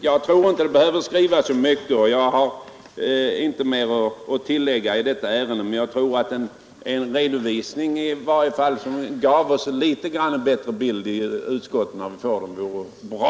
Jag tror inte att det behöver skrivas så mycket, och jag har inte mer att tillägga i detta ärende. Men jag tror att en redovisning som gav utskotten en bättre bild vore bra.